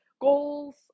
goals